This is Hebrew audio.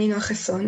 אני נועה חסון,